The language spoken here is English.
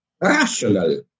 rational